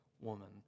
woman